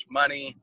money